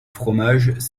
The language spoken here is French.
fromages